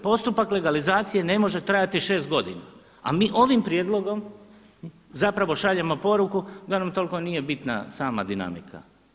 Postupak legalizacije ne može trajati šest godina, a mi ovim prijedlogom zapravo šaljemo poruku da nam toliko nije bitna sama dinamika.